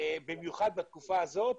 במיוחד בתקופה הזאת,